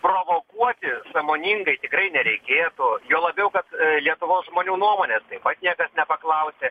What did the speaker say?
provokuoti sąmoningai tikrai nereikėtų juo labiau kad lietuvos žmonių nuomonė taip pat niekas nepaklausė